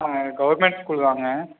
ஆ government school தாங்க